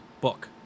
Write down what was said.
book